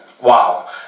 Wow